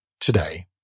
today